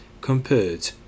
compared